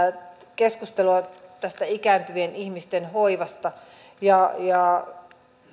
keskustelua tästä ikääntyvien ihmisten hoivasta ja